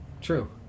True